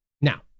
Now